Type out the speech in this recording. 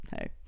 hey